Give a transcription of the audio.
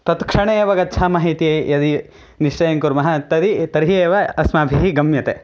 तत्क्षणे एव गच्छामः इति यदि निश्चयं कुर्मः तर्हि तर्हि एव अस्माभिः गम्यते